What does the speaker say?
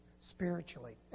spiritually